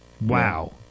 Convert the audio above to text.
Wow